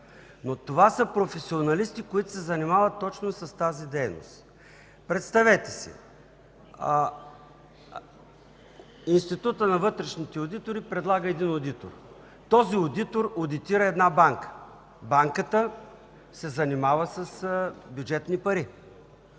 Но това са професионалисти, които се занимават точно с тази дейност. Представете си, че Институтът на вътрешните одитори предлага един одитор. Той одитира една банка. Банката се занимава с бюджетни пари.